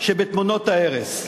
שבתמונות ההרס.